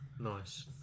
Nice